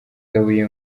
kabuye